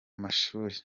mashuri